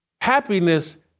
happiness